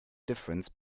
difference